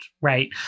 Right